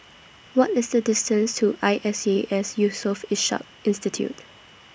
What IS The distance to I S E A S Yusof Ishak Institute